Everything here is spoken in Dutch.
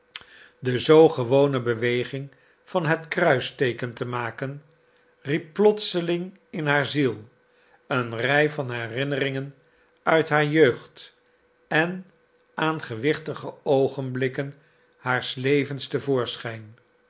de zoo gewone beweging van het kruisteeken te maken riep plotseling in haar ziel een rij van herinneringen uit haar jeugd en aan gewichtige oogenblikken haars levens